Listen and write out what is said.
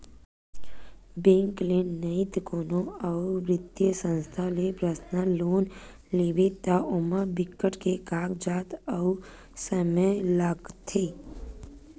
bank ले नइते कोनो अउ बित्तीय संस्था ले पर्सनल लोन लेबे त ओमा बिकट के कागजात अउ समे लागथे